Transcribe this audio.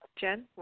Jen